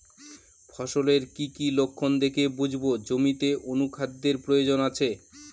ফসলের কি কি লক্ষণ দেখে বুঝব জমিতে অনুখাদ্যের প্রয়োজন আছে?